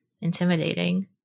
intimidating